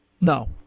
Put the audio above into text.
No